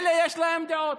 אלה, יש להם דעות.